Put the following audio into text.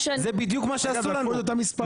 אבל זה מה שעשו לנו.